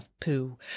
poo